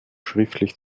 schriftlich